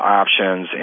options